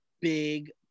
big